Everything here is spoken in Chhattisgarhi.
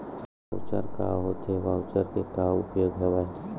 वॉऊचर का होथे वॉऊचर के का उपयोग हवय?